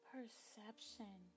Perception